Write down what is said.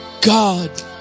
God